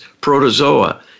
protozoa